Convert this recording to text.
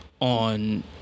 on